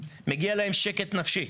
מגיע להם שקט נפשי,